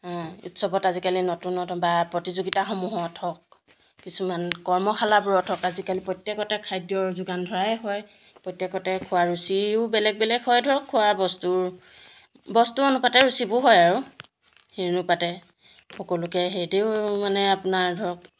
উৎসৱত আজিকালি নতুন নতুন বা প্ৰতিযোগিতাসমূহত হওক কিছুমান কৰ্মশালাবোৰত হওক আজিকালি প্ৰত্যেকতে খাদ্যৰ যোগান ধৰাই হয় প্ৰত্যেকতে খোৱা ৰুচিও বেলেগ বেলেগ হয় ধৰক খোৱা বস্তুৰ বস্তু অনুপাতে ৰুচিবোৰ হয় আৰু সেই অনুপাতে সকলোকে সেইদৰেও মানে আপোনাৰ ধৰক